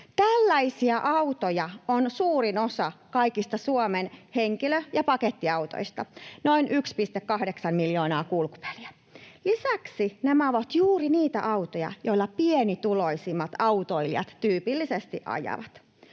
Tällaisia autoja on suurin osa kaikista Suomen henkilö‑ ja pakettiautoista, noin 1,8 miljoonaa kulkuvälinettä. Lisäksi nämä ovat juuri niitä autoja, joilla pienituloisimmat autoilijat tyypillisesti ajavat.